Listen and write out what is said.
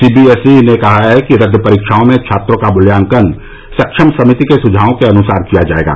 CBSE ने कहा है कि रद्द परीक्षाओं में छात्रों का मूल्यांकन सक्षम समिति के सुझावों के अनुसार किया जाएगा